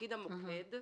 תפקיד המוקד,